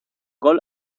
gol